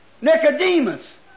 Nicodemus